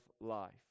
life